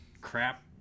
crap